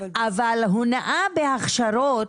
אבל הונאה בהכשרות